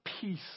peace